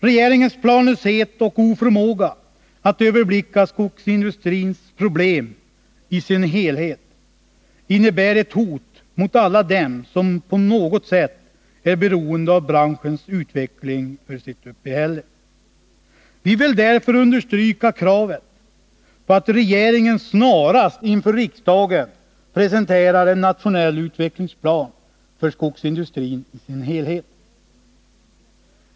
Regeringens planlöshet och oförmåga att överblicka skogsindustrins problem i sin helhet innebär ett hot mot alla dem som på något sätt är beroende av branschens utveckling för sitt uppehälle. Vi vill därför understryka kravet på att regeringen snarast inför riksdagen presenterar en nationell utvecklingsplan för skogsindustrin i sin helhet.